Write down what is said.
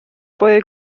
puede